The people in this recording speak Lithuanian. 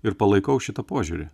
ir palaikau šitą požiūrį